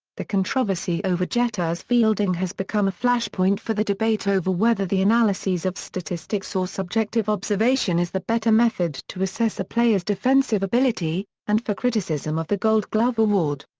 the controversy over jeter's fielding has become a flash point for the debate over whether the analyses of statistics or subjective observation is the better method to assess a player's defensive ability, and for criticism of the gold glove award.